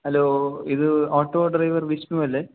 hello ഇത് auto driver Vishnu അല്ലേ